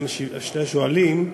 לשני השואלים.